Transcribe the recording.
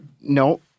No